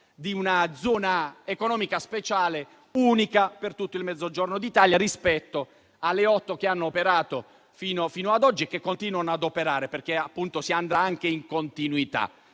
di una zona economica speciale unica per tutto il Mezzogiorno d'Italia rispetto alle otto che hanno operato fino ad oggi e che continuano ad operare, perché si andrà anche in continuità.